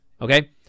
okay